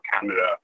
Canada